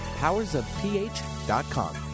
PowersOfPH.com